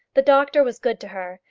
the doctor was good to her,